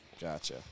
Gotcha